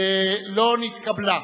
לא נתקבלה.